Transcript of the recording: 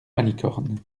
malicorne